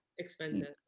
Expensive